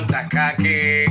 Takaki